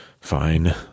Fine